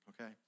okay